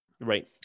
right